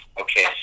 Okay